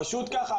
פשוט כך.